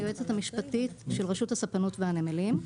היועצת המשפטית של רשות הספנות והנמלים.